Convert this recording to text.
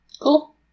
Cool